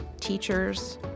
teachers